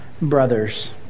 brothers